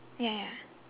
ya